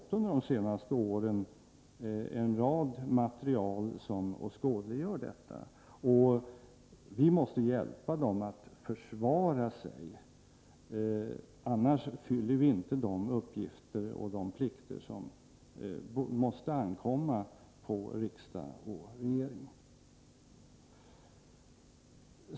Under de senaste åren har vi fått en mängd material som åskådliggör detta. Vi måste hjälpa ungdomarna att försvara sig. Annars uppfylls inte de plikter som måste åvila riksdag och regering.